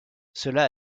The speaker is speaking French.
cela